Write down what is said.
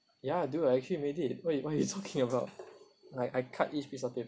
ya dude I actually made it what you what you talking about like I cut each piece of